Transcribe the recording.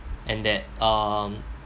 and that um